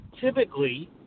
typically